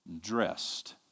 dressed